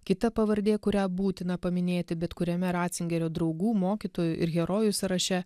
kita pavardė kurią būtina paminėti bet kuriame ratzingerio draugų mokytojų ir herojų sąraše